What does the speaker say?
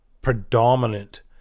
predominant